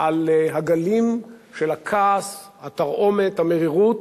על הגלים של הכעס, התרעומת, המרירות